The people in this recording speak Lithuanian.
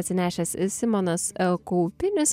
atsinešęs simonas l kaupinis